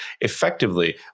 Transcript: Effectively